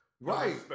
Right